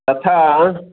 तथा